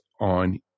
on